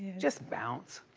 just bounce.